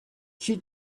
she